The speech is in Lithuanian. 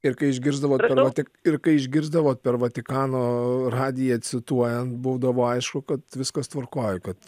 ir kai išgirsdavo tik ir kai išgirsdavot per vatikano radiją cituojant būdavo aišku kad viskas tvarkoj kad